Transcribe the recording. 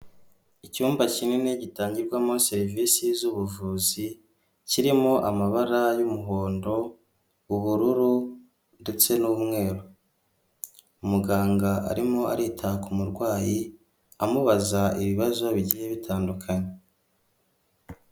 Icyumba kinini gitangirwamo serivisi z'ubuvuzi, kirimo amabara y'umuhondo, ubururu ndetse n'umweru. Umuganga arimo arita ku murwayi, amubaza ibibazo bigiye bitandukanye.